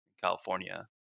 California